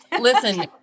Listen